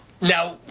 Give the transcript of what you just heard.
Now